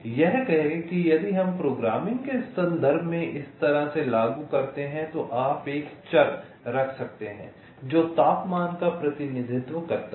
यह कहें कि यदि हम प्रोग्रामिंग के संदर्भ में इस तरह से लागू करते हैं तो आप एक चर रख सकते हैं जो तापमान का प्रतिनिधित्व करता है